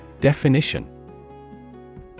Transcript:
Definition